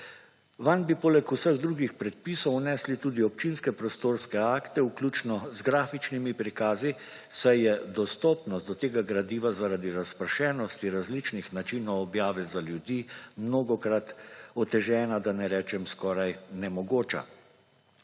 Vanj bi poleg vseh drugih predpisov vnesli tudi občinske prostorske akte vključno z grafičnimi prikazi, saj je dostopnost do tega gradiva, zaradi razpršenosti različnih načinov objave za ljudi mnogokrat otežena, da ne rečem skoraj nemogoča.